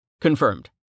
Confirmed